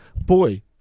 boy